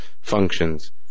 functions